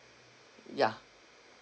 ya